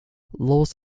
laws